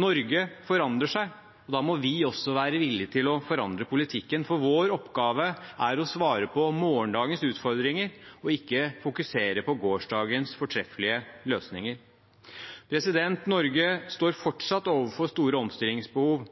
Norge forandrer seg, og da må vi også være villig til å forandre politikken. Vår oppgave er å svare på morgendagens utfordringer og ikke fokusere på gårsdagens fortreffelige løsninger. Norge står fortsatt overfor store omstillingsbehov,